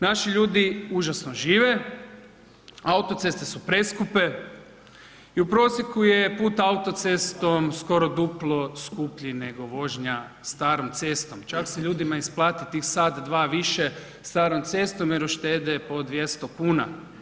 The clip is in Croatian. Naši ljudi užasno žive, autoceste su preskupe i prosjeku je put autocestom skoro duplo skuplji nego vožnja starom cestom, čak se ljudima isplati tih sat, dva više starom cestom jer uštede po 200 kuna.